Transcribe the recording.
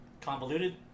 Convoluted